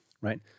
Right